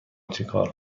چکار